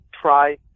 try